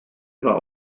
war